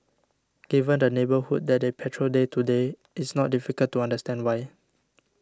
given the neighbourhood that they patrol day to day it's not difficult to understand why